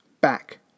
back